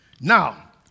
Now